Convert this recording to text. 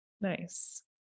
Nice